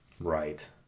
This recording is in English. Right